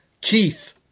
Keith